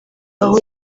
aho